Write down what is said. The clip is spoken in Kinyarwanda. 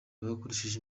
bakoresheje